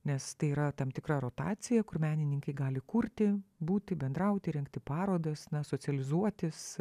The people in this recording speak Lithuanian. nes tai yra tam tikra rotacija kur menininkai gali kurti būti bendrauti rengti parodas na socializuotis